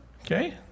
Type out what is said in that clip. Okay